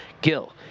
Gil